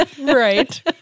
right